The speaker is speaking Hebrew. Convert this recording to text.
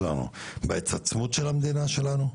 בהתעצמות של המדינה שלנו.